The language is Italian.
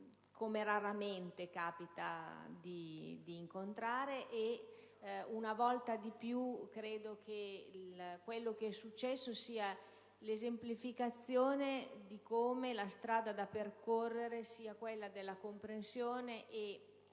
come raramente capita di incontrarne, e una volta di più credo che quello che è successo sia l'esemplificazione di come la strada da percorrere sia quella della comprensione e